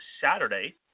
Saturday